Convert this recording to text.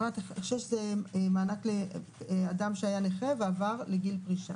פרט (6) זה מענק לאדם שהיה נכה ועבר לגיל פרישה.